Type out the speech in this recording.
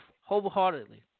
wholeheartedly